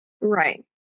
Right